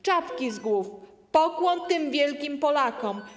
Czapki z głów, pokłon tym wielkim Polakom.